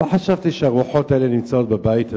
לא חשבתי שהרוחות האלה נמצאות בבית הזה.